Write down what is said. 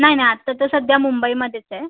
नाही नाही आता तर सध्या मुंबईमध्येच आहे